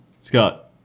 Scott